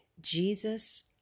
Jesus